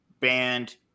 Banned